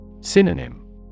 Synonym